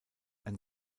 ein